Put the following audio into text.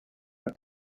are